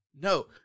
No